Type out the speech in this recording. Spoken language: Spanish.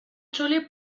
chole